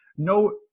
No